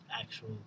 actual